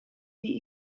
die